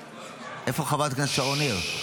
איפה חברת הכנסת שרון ניר?